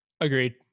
Agreed